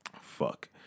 Fuck